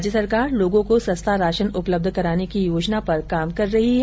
राज्य सरकार लोगों को सस्ता राशन उपलब्ध कराने की योजना पर काम कर रही है